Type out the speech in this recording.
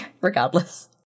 regardless